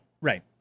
Right